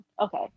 Okay